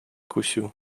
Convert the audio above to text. kusił